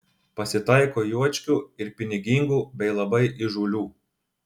pasitaiko juočkių ir pinigingų bei labai įžūlių